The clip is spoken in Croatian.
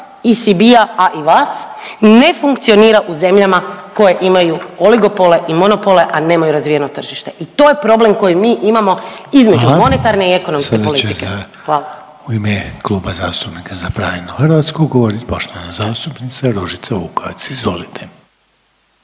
ESB-a, a i vas ne funkcionira u zemljama koji imaj oligopole i monopole, a nemaju razvijeno tržište. To je problem koji mi imamo između …/Upadica: Hvala./… monetarne i ekonomske politike. Hvala. **Reiner, Željko (HDZ)** Sada će za, u ime Kluba zastupnika Za pravednu Hrvatsku govorit poštovana zastupnica Ružica Vukovac. Izvolite.